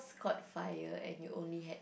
caught fire and you only had